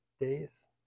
days